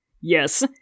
Yes